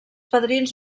padrins